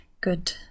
good